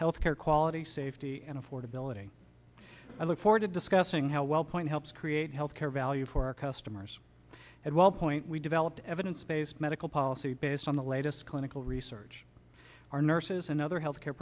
health care quality safety and affordability i look forward to discussing how well point helps create health care value for our customers at one point we developed evidence based medical policy based on the latest clinical research our nurses and other health care